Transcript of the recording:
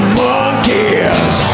monkeys